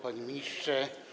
Panie Ministrze!